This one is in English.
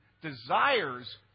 desires